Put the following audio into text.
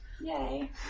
yay